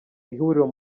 ihuriro